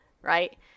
Right